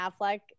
Affleck